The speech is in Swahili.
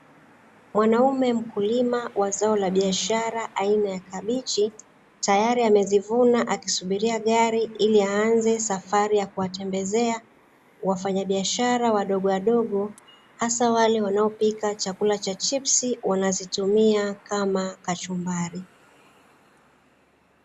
Mwanaume mkulima wa zao la biashara aina ya kabichi, tayari amezivuna akisubiria gari ili aanze safari ya kuwatembezea wafanyabiashara wadogowadogo, hasa wale wanaopika chakula cha chipsi wanazitumia kama kachumbari.